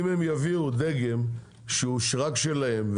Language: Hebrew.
אם הם יביאו דגם רק שלהם,